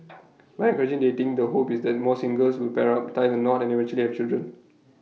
by encouraging dating the hope is that more singles will pair up tie the knot and eventually have children